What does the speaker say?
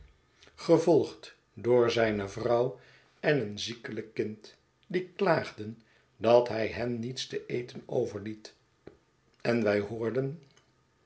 gevolgd door zijne vrouw en een ziekelijk kind die klaagden dat hij hen niets te eten overliet en wij hoorden